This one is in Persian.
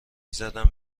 زدم